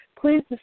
Please